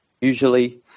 usually